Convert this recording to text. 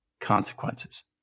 consequences